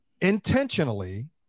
intentionally